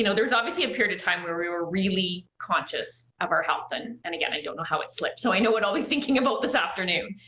know, there was obviously a period of time where we were really conscious of our health, and and again, i don't know how it slipped, so i know what i'll be thinking about this afternoon,